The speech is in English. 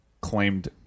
claimed